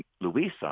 Louisa